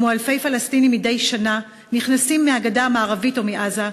כמו אלפי פלסטינים מדי שנה שנכנסים מהגדה המערבית או מעזה,